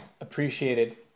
appreciated